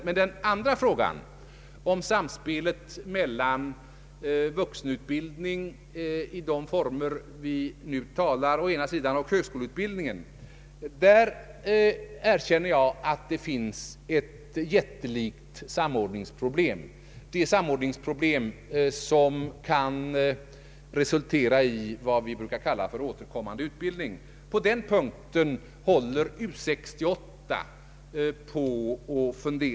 Men i den andra frågan om samspelet mellan vuxenutbildning i de former vi nu talar om å ena sidan och högskoleutbildningen å andra sidan erkänner jag att det finns ett jättelikt samordningsproblem — det samordningsproblem vars lösande kan resultera i vad vi brukar kalla återkommande utbildning. Över detta problem funderar för närvarande U 68.